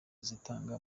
zitanga